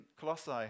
Colossae